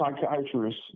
psychiatrist